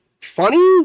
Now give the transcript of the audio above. funny